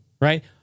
right